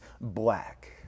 black